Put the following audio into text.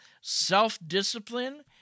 self-discipline